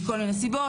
מכל מיני סיבות,